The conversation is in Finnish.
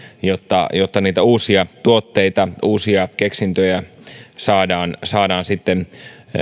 jotta jotta niitä uusia tuotteita uusia keksintöjä saadaan saadaan sitten